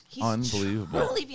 unbelievable